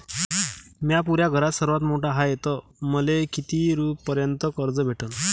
म्या पुऱ्या घरात सर्वांत मोठा हाय तर मले किती पर्यंत कर्ज भेटन?